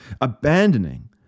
Abandoning